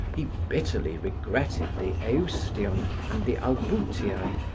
he bitterly regretted the eustion and the albutiae,